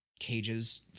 cages